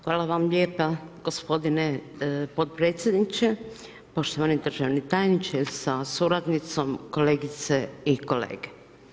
Hvala vam lijepa gospodine potpredsjedniče, poštovani državni tajniče sa suradnicom, kolegice i kolege.